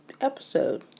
episode